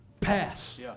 pass